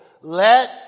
let